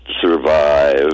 survive